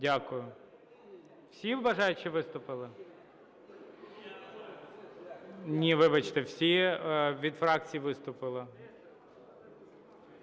Дякую. Всі бажаючі виступили? Ні, вибачте, всі від фракції виступили.